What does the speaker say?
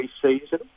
pre-season